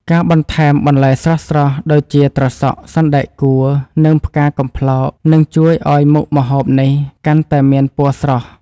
ការបន្ថែមបន្លែស្រស់ៗដូចជាត្រសក់ សណ្តែកគួរ និងផ្កាកំប្លោកនឹងជួយឱ្យមុខម្ហូបនេះកាន់តែមានពណ៌ស្រស់។